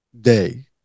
day